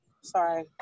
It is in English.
Sorry